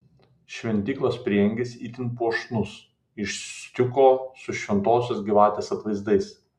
šventyklos prieangis itin puošnus iš stiuko su šventosios gyvatės atvaizdais